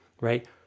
right